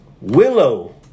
Willow